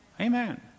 Amen